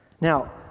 Now